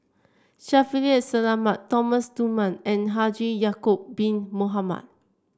Shaffiq Selamat Thomas Dunman and Haji Ya'acob Bin Mohamed